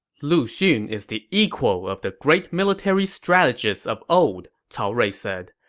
lu xun is the equal of the great military strategists of old, cao rui said.